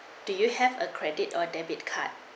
do you have a credit or debit card